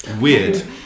Weird